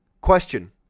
Question